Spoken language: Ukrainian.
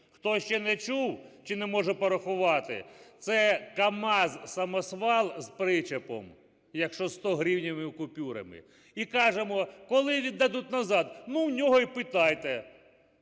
Хто ще не чув чи не може порахувати – це камаз, самосвал з причепом, якщо стогривневими купюрами. І кажемо: "Коли віддадуть назад?" – "Ну, в нього і питайте".